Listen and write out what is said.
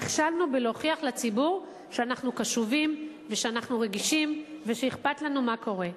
נכשלנו בלהוכיח לציבור שאנחנו קשובים ואנחנו רגישים ואכפת לנו מה קורה.